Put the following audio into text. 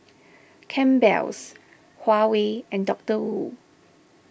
Campbell's Huawei and Doctor Wu